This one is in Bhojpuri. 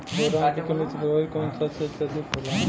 बोरान के कमी से प्रभावित कौन सा क्षेत्र अधिक होला?